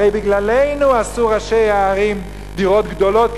הרי בגללנו עשו ראשי הערים דירות גדולות,